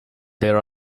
there